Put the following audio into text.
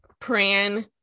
Pran